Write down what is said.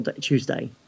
Tuesday